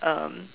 um